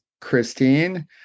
Christine